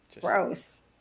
Gross